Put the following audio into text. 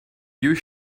you